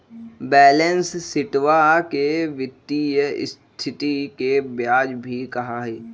balance शीटवा के वित्तीय स्तिथि के बयान भी कहा हई